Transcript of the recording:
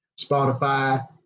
Spotify